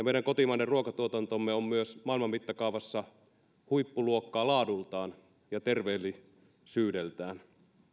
meidän kotimainen ruokatuotantomme on myös maailman mittakaavassa huippuluokkaa laadultaan ja terveellisyydeltään